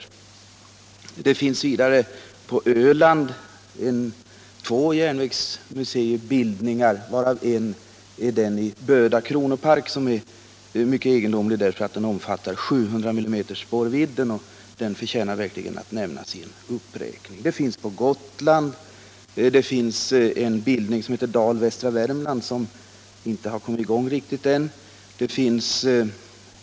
Vidare finns det på Öland två järnvägsmuseibildningar, varav en i Böda kronopark, som är egendomlig därför att den omfattar 700 mm spårvidd. Den förtjänar verkligen att nämnas i en uppräkning. Det finns en förening på Gotland. En bildning som heter Dal-Västra Värmland har inte kommit riktigt i gång ännu.